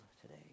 today